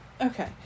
Okay